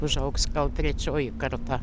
užaugs gal trečioji karta